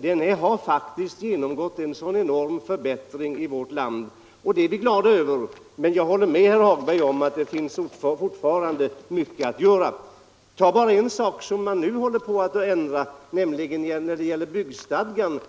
tidigare, har faktiskt genomgått en enorm förbättring i vårt land. Det är vi glada över, men Jag håller med herr Hagberg om att det fortfarande finns mycket att göra. Ta bara en sådan sak som den man nu håller på att ändra med tanke på de handikappade, nämligen byggstadgan.